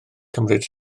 cymryd